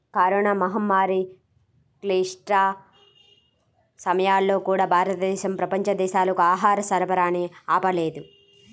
corona మహమ్మారి క్లిష్ట సమయాల్లో కూడా, భారతదేశం ప్రపంచ దేశాలకు ఆహార సరఫరాని ఆపలేదు